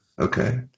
Okay